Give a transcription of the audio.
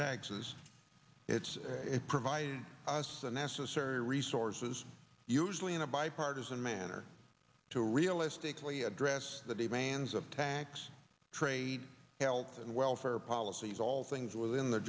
taxes it's provide us the necessary resources usually in a bipartisan manner to realistically address the demands of tax trade health and welfare policies all things